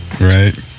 Right